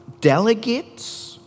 delegates